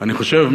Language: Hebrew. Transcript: אני חושב,